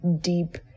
deep